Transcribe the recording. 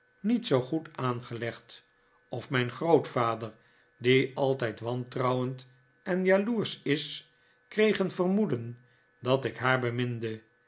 niet zoo goed aangelegd of mijn grootvader die altijd wantrouwend en jaloersch is kreeg een vermoeden dat ik haar beminde